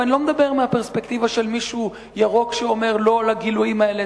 ואני לא מדבר מהפרספקטיבה של מישהו ירוק שאומר לא לגילויים האלה,